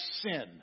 sin